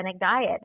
diet